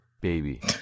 Baby